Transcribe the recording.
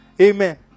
Amen